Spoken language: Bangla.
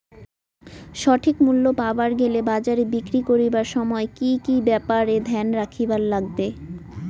সঠিক মূল্য পাবার গেলে বাজারে বিক্রি করিবার সময় কি কি ব্যাপার এ ধ্যান রাখিবার লাগবে?